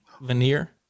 veneer